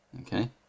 Okay